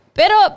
pero